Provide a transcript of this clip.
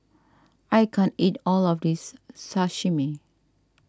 I can't eat all of this Salami